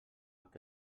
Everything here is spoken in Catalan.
que